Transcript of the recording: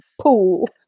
pool